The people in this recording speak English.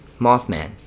Mothman